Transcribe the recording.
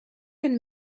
can